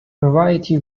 variety